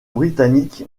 britannique